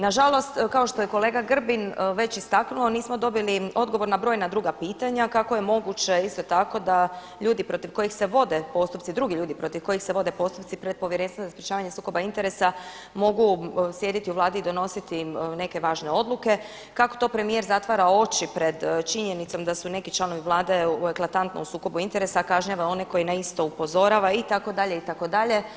Nažalost, kao što je kolega Grbin već istaknuo, nismo dobili odgovor na brojna druga pitanja kako je moguće isto tako da ljudi protiv kojih se vode postupci, drugi ljudi protiv kojih se vode postupci pred Povjerenstvom za sprečavanje sukoba interesa mogu sjediti u Vladi i donositi neke važne odluke, kako to premijer zatvara oči pred činjenicom da su neki članovi Vlade u eklatantnom sukobu interesa, a kažnjava one koji na isto upozorava itd., itd.